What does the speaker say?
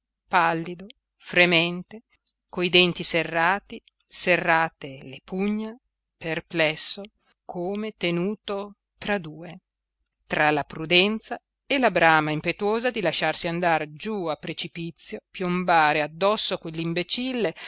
pallido fremente coi denti serrati serrate le pugna perplesso come tenuto tra due tra la prudenza e la brama impetuosa di lasciarsi andar giù a precipizio piombare addosso